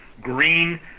green